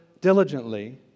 diligently